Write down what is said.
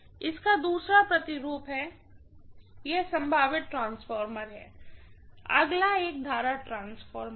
इसका दूसरा प्रतिरूप है यह संभावित ट्रांसफार्मर है अगला एक करंट ट्रांसफार्मर है